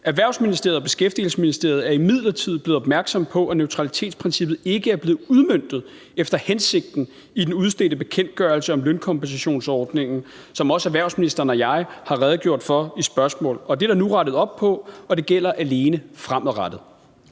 Erhvervsministeriet og Beskæftigelsesministeriet er imidlertid blevet opmærksomme på, at neutralitetsprincippet ikke er blevet udmøntet efter hensigten i den udstedte bekendtgørelse om lønkompensationsordningen, som også erhvervsministeren og jeg har redegjort for i spørgsmål. Det er der nu rettet op på, og det gælder alene fremadrettet.